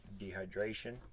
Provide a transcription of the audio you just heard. dehydration